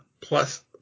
plus